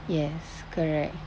yes correct